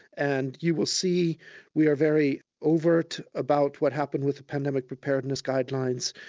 and you will see we are very overt about what happened with the pandemic preparedness guidelines.